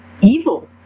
evil